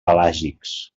pelàgics